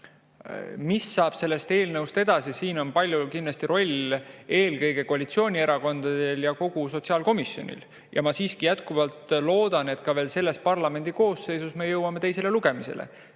Mis saab sellest eelnõust edasi? Siin on kindlasti suur roll eelkõige koalitsioonierakondadel ja kogu sotsiaalkomisjonil. Ma siiski jätkuvalt loodan, et veel selles parlamendikoosseisus me jõuame teisele lugemisele.